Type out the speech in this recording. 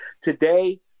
Today